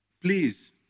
please